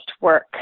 work